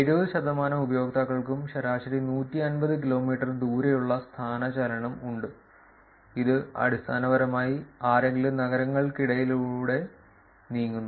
70 ശതമാനം ഉപയോക്താക്കൾക്കും ശരാശരി 150 കിലോമീറ്റർ ദൂരെയുള്ള സ്ഥാനചലനം ഉണ്ട് ഇത് അടിസ്ഥാനപരമായി ആരെങ്കിലും നഗരങ്ങൾക്കിടയിലൂടെ നീങ്ങുന്നു